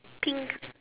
pink